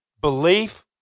belief